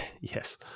Yes